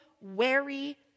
wary